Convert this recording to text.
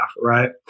right